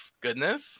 goodness